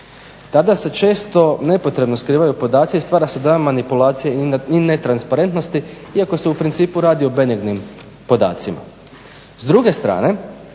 Tada se često nepotrebno skrivaju podaci i stvara se dojam manipulacije i netransparentnosti iako se u principu radi o benignim podacima. S druge strane,